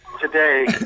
Today